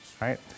right